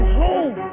home